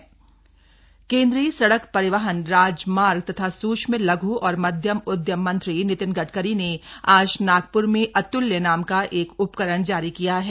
अतल्य उपकरण केंद्रीय सड़क परिवहन राजमार्ग तथा सूक्ष्म लघ् और मध्यम उद्यम मंत्री नितिन गडकरी ने आज नागप्र में अत्ल्य नाम का एक उपकरण जारी किया है